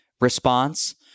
response